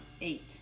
Eight